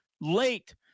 late